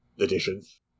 editions